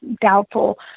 Doubtful